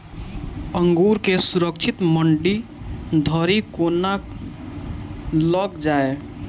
अंगूर केँ सुरक्षित मंडी धरि कोना लकऽ जाय?